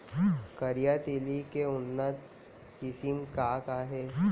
करिया तिलि के उन्नत किसिम का का हे?